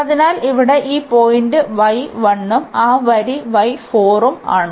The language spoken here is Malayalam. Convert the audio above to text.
അതിനാൽ ഇവിടെ ഈ പോയിന്റ് y 1 ഉം ആ വരി y 4 ഉം ആണ്